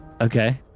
Okay